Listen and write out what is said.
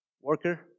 Worker